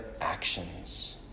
actions